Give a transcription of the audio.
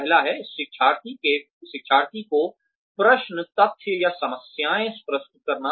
पहला है शिक्षार्थी को प्रश्न तथ्य या समस्याएँ प्रस्तुत करना